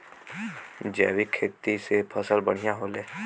जैविक खेती से फसल बढ़िया होले